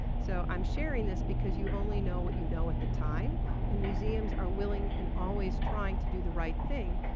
so i'm sharing this because you only know what you know at the time and museums are willing, and always trying, to do the right thing.